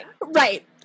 Right